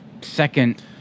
second